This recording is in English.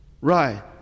right